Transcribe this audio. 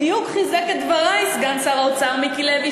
בדיוק חיזק את דברי סגן שר האוצר מיקי לוי,